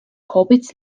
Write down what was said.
hobbits